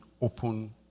open